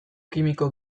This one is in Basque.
kimiko